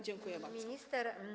Dziękuję, pani minister.